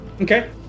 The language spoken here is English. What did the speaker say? Okay